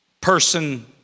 person